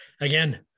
again